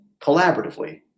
collaboratively